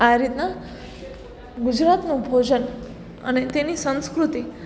આ રીતના ગુજરાતનું ભોજન અને તેની સંસ્કૃતિ